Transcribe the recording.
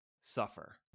suffer